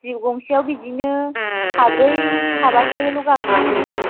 जिप गंसेआव बिदिनो साब्रै साबासोल' गाखोनो मोनो